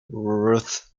ruth